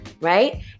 right